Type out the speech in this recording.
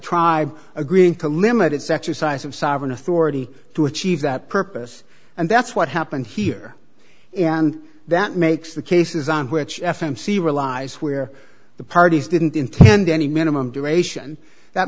tribe agreeing to limit its exercise of sovereign authority to achieve that purpose and that's what happened here and that makes the cases on which f m c realize where the parties didn't intend any minimum duration that